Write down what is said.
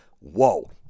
whoa